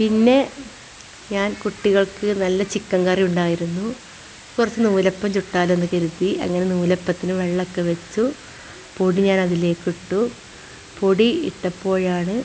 പിന്നെ ഞാൻ കുട്ടികൾക്ക് നല്ല ചിക്കൻ കറിയുണ്ടായിരുന്നു കുറച്ച് നൂലപ്പം ചുട്ടാലോന്ന് കരുതി അങ്ങനെ നൂലപ്പത്തിന് വെള്ളമൊക്കെ വെച്ചു പൊടി ഞാനതിലേക്കിട്ടു പൊടി ഇട്ടപ്പോഴാണ്